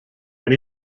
and